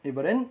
eh but then